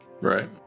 right